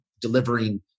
delivering